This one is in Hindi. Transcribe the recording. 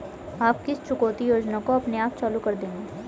आप किस चुकौती योजना को अपने आप चालू कर देंगे?